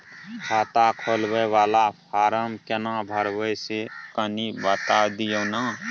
खाता खोलैबय वाला फारम केना भरबै से कनी बात दिय न?